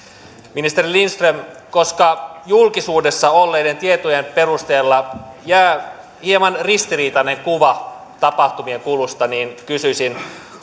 ministeri lindström koska julkisuudessa olleiden tietojen perusteella jää hieman ristiriitainen kuva tapahtumien kulusta niin kysyisin